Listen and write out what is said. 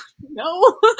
no